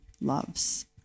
loves